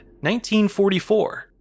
1944